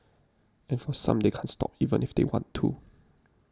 and for some they can't stop even if they want to